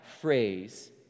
phrase